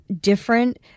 different